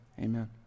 amen